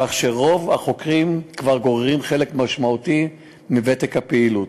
כך שרוב החוקרים כבר גוררים חלק משמעותי מוותק הפעילות.